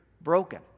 broken